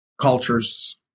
cultures